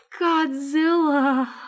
Godzilla